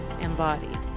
embodied